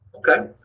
okay.